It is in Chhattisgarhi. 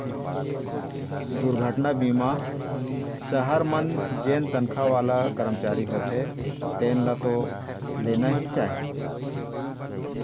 दुरघटना बीमा सहर मन जेन तनखा वाला करमचारी होथे तेन ल तो लेना ही चाही